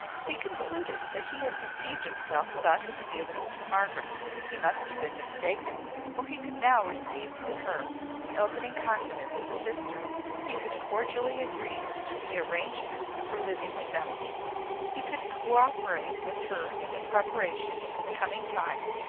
he concluded that he had deceived himself about his feelings for margaret he must have been mistaken for he could now receive from her the opening confidence of a sister he could cordially agree to the arrangement of her living with them he could co-operate with her in the preparation for the coming time,